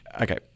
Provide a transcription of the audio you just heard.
Okay